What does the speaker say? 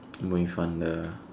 mui fan the